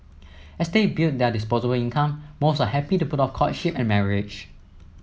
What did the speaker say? as they build their disposable income most are happy to put off courtship and marriage